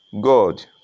God